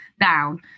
down